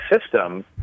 system